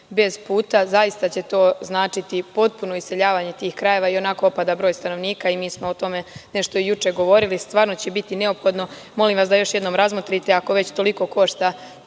bez puta. Zaista će to značiti potpuno iseljavanje tih krajeva. Ionako opada broj stanovnika. Mi smo o tome nešto juče govorili. Molim vas da još jednom razmotrite, ako već toliko košta